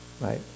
right